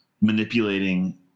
manipulating